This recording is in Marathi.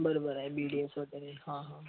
बरोबर आहे बी डी एस वगैरे हां हां